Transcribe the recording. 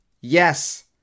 yes